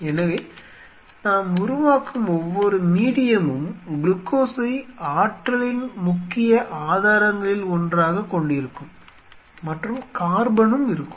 எனவே நாம் உருவாக்கும் ஒவ்வொரு மீடியமும் குளுக்கோஸை ஆற்றலின் முக்கிய ஆதாரங்களில் ஒன்றாகக் கொண்டிருக்கும் மற்றும் கார்பனும் இருக்கும்